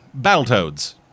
Battletoads